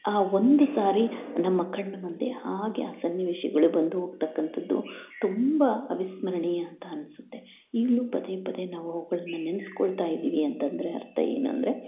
ಆ ಒಂದು ಸಾರಿ ನಮ್ಮ ಕಣ್ಣ ಮುಂದೆ ಹಾಗೆ ಆ ಸನ್ನಿವೇಶಗಳು ಬಂದು ಹೋಗ್ತಕಂತದ್ದು ತುಂಬ ಅವಿಸ್ಮರಣೀಯ ಅಂತ ಅನಿಸುತ್ತೆ ಈಗಲು ಪದೆ ಪದೆ ನಾವು ಅವುಗಳನ್ನ ನೆನೆಸ್ಕೊಳ್ತ ಇದ್ದೀವಿ ಅಂತಂದರೆ ಅರ್ಥ ಏನೆಂದ್ರೆ